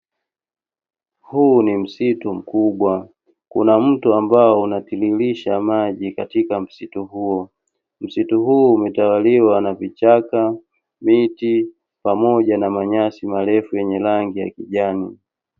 Huu ni msitu mkubwa kuna mto ambao una tiririsha maji katika msitu huo, Msitu huu umetawaliwa na vichaka miti pamoja na manyasi marefu yenye rangi ya kijani.